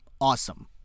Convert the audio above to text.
awesome